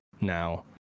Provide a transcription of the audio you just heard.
now